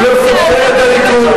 הוא לא סופר את הליכוד,